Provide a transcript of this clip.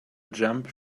jump